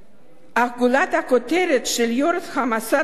אך גולת הכותרת ראש המוסד לביטוח לאומי,